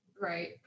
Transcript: right